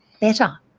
better